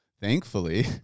thankfully